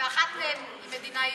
אחת מהן היא מדינה יהודית.